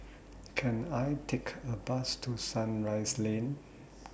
Can I Take A Bus to Sunrise Lane